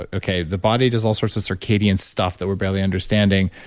but okay, the body does all sorts of circadian stuff that we're barely understanding.